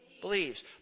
Believes